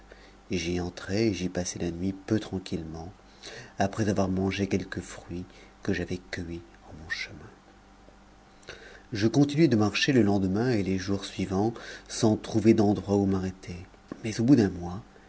et j'y passai la nuit peu tranquillement après avoir mangé quelques fruits que j'avais cueillis en mon chemin je continuai de marcher le lendemain et les jours suivants sans trouver d'endroit où m'arrêter mais au bout d'un mois